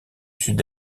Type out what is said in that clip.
sud